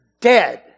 dead